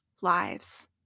lives